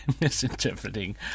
misinterpreting